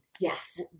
Yes